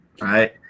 Right